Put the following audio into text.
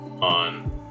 on